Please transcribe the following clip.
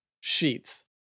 sheets